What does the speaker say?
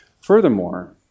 Furthermore